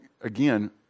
again